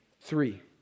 Three